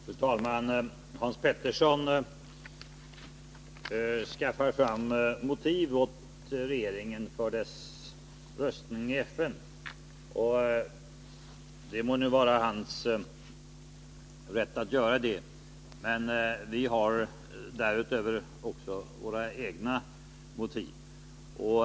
Fru talman! Hans Petersson skaffar fram motiv åt regeringen för dess röstning i FN. Det må nu vara hans rätt att göra det, men vi har därutöver våra egna motiv.